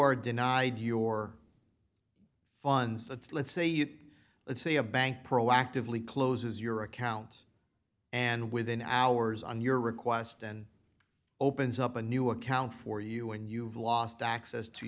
are denied your funds that's let's say it let's say a bank proactively closes your accounts and within hours on your request and opens up a new account for you and you've lost access to